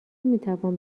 میتوان